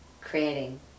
creating